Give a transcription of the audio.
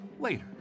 Later